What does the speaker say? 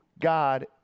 God